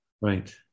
Right